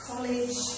college